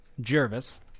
Jervis